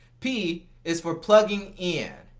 p is for plugging in.